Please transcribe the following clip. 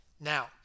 now